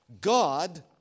God